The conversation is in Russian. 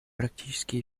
практические